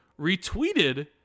retweeted